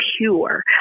pure